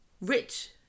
rich